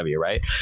right